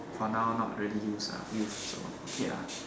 for now not really use lah use so okay lah